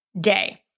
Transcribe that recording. day